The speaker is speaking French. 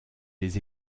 les